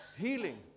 healing